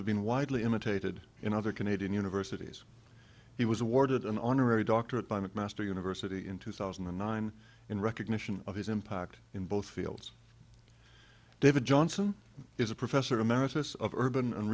have been widely imitated in other canadian universities he was awarded an honorary doctorate by mcmaster university in two thousand and nine in recognition of his impact in both fields david johnson is a professor emeritus of urban and